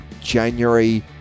January